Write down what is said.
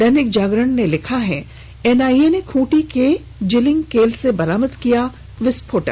दैनिक जागरण ने लिखा है एनआईए ने खूंटी के जिलिंगकेल से बरामद किया विस्फोटक